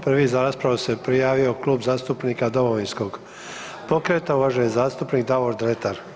Prvi za raspravu se prijavio Klub zastupnika Domovinskog pokreta, uvaženi zastupnik Davor Dretar.